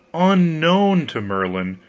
unknown to merlin,